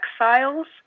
exiles